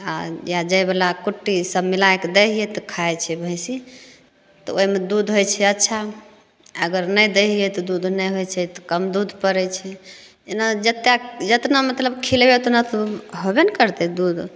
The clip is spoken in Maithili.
आ जै बला कुट्टी ई सब मिलाइके दै हियै तऽ खाइ छै भैंसी तऽ ओहिमे दूध होइत छै अच्छा अगर नहि दै हियै तऽ दूध नहि होइत छै तऽ कम दूध पड़ैत छै एना जेत्ता जेतना मतलब खिलैबै तऽ होबे ने करतै दूध